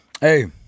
hey